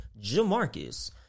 Jamarcus